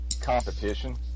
competition